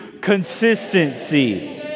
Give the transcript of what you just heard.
consistency